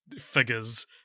figures